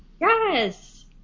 Yes